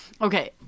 Okay